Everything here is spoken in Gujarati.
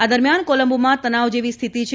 આ દરમિયાન કોલંબોમાં તનાવ જેવી સ્થિતિ છે